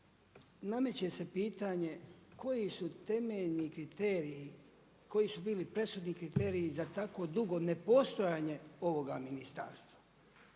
nameće se pitanje koji su temeljni kriteriji, koji su bili presudni kriteriji za tako dugo nepostojanje ovoga ministarstva,